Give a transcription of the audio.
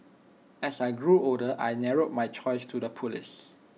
as I grew older I narrowed my choice to the Police